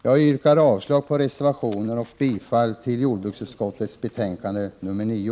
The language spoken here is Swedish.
Jag yrkar avslag på reservationen och bifall till hemställan i jordbruksutskottets betänkande 9.